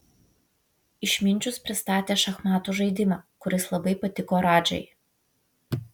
išminčius pristatė šachmatų žaidimą kuris labai patiko radžai